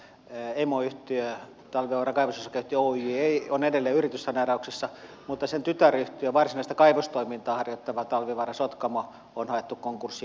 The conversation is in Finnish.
emoyhtiö talvivaaran kaivososakeyhtiö oyj on edelleen yrityssaneerauksessa mutta sen tytäryhtiö varsinaista kaivostoimintaa harjoittava talvivaara sotkamo on haettu konkurssiin